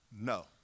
No